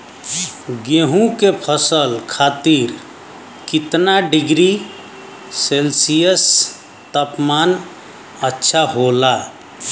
गेहूँ के फसल खातीर कितना डिग्री सेल्सीयस तापमान अच्छा होला?